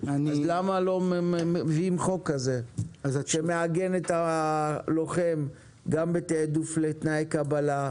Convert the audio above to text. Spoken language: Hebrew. אז למה לא מביאים חוק כזה שמעגן את הלוחם גם בתיעדוף לתנאי קבלה,